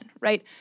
right